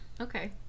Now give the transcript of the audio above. Okay